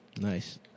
Nice